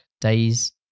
days